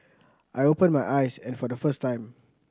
I open my eyes and for the first time